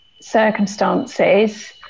circumstances